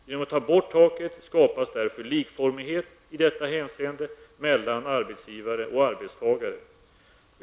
Genom att ta bort taket skapas därför likformighet i detta hänseende mellan arbetsgivare och arbetstagare.